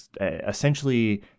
essentially